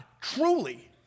truly